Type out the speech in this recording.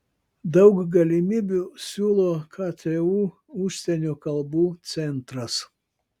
daug galimybių siūlo ktu užsienio kalbų centras